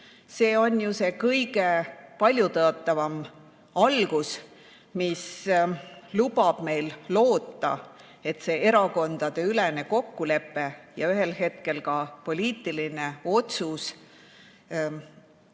See on ju see kõige paljutõotavam algus, mis lubab meil loota, et [tuleb] see erakondadeülene kokkulepe ja ühel hetkel ka poliitiline otsus